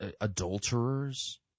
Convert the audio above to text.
adulterers